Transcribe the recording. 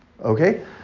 Okay